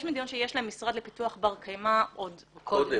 יש מדינות שיש להן משרד לפיתוח בר קיימא עוד קודם.